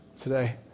today